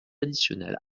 additionnel